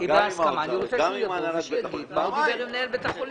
אני רוצה שהוא יבוא ויגיד על מה הוא דיבר עם מנהל בית החולים.